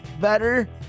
better